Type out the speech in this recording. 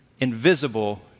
invisible